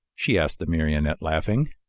she asked the marionette, laughing.